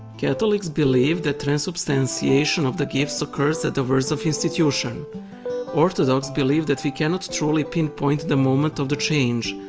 catholics believe that transubstantiation of the gifts occurs at the words of institution orthodox believe that we cannot truly pinpoint the moment of the change,